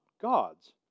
God's